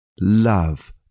Love